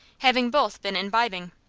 having both been imbibing.